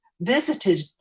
visited